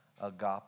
agape